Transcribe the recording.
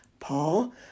Paul